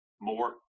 more